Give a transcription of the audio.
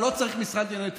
אבל, משרד לענייני תפוצות.